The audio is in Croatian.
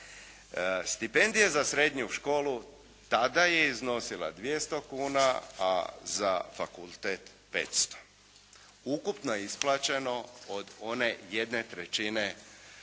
Stipendije za srednju školu tada je iznosila 200 kuna, a za fakultet 500. Ukupno je isplaćeno od one jedne trećine,